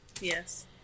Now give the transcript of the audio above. Yes